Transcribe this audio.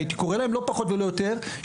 לא פחות ולא יותר,